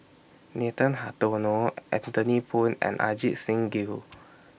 Nathan Hartono Anthony Poon and Ajit Singh Gill